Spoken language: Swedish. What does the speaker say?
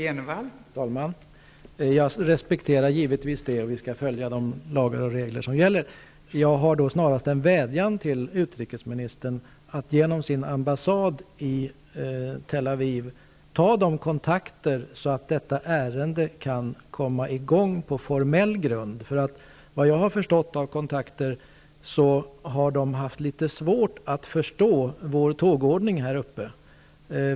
Fru talman! Jag respekterar givetvis det, och vi skall följa de lagar och regler som gäller. Jag har då snarast en vädjan till utrikesministern att genom sin ambassad i Tel Aviv ta de kontakter som krävs för att detta ärende skall kunna komma i gång på formell grund. Enligt vad jag har förstått genom mina kontakter har man där haft litet svårt att förstå vår tågordning här uppe.